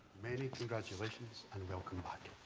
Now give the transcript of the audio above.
many congratulations, and welcome back.